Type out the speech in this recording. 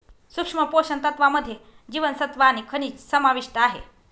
सूक्ष्म पोषण तत्त्वांमध्ये जीवनसत्व आणि खनिजं समाविष्ट आहे